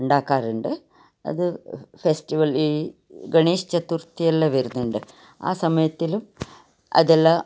ഉണ്ടാക്കാറുണ്ട് അത് ഫെസ്റ്റിവൽ ഈ ഗണേഷ് ചതുർഥിയെല്ലാം വരുന്നുണ്ട് ആ സമയത്തിലും അതെല്ലാം